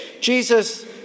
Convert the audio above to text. Jesus